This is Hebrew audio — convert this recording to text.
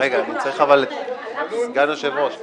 רגע, אני צריך את סגן היושב-ראש.